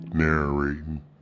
narrating